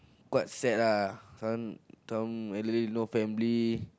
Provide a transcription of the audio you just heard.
quite sad lah some some really no family